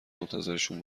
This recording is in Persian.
منتظرشون